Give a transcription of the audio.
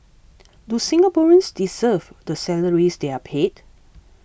do Singaporeans deserve the salaries they are paid